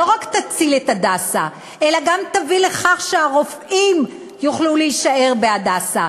לא רק תציל את "הדסה" אלא גם תביא לכך שהרופאים יוכלו להישאר ב"הדסה".